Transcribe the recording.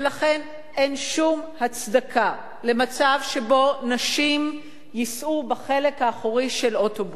ולכן אין שום הצדקה למצב שבו נשים ייסעו בחלק האחורי של אוטובוס,